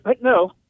no